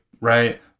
right